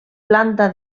planta